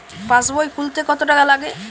পাশবই খুলতে কতো টাকা লাগে?